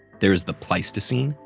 there's the pleistocene,